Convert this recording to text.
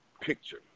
picture